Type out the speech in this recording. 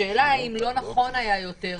השאלה היא אם לא נכון היה כדי